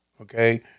Okay